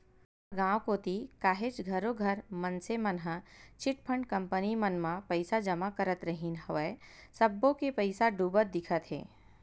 हमर गाँव कोती काहेच घरों घर मनसे मन ह चिटफंड कंपनी मन म पइसा जमा करत रिहिन हवय सब्बो के पइसा डूबत दिखत हे